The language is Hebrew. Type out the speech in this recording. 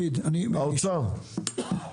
האוצר,